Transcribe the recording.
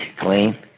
clean